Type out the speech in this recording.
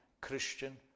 Christian